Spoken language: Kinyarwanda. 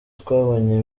twabonye